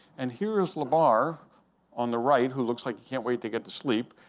and here is labarre on the right who looks like he can't wait to get to sleep.